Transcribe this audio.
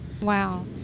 Wow